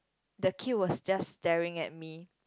the kid was just staring at me